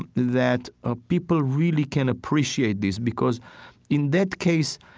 and that ah people really can appreciate this. because in that case,